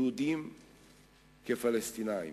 יהודים כפלסטינים.